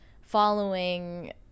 following